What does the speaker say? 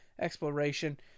exploration